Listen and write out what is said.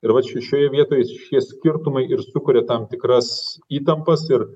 ir vat šio šioje vietoj šie skirtumai ir sukuria tam tikras įtampas ir